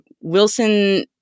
Wilson